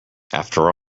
after